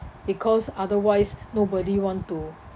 because otherwise nobody want to